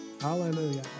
Hallelujah